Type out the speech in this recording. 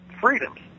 freedoms